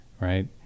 right